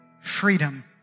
freedom